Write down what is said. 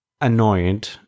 annoyed